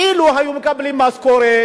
אילו היו מקבלים משכורת,